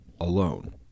alone